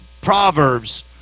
Proverbs